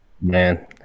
Man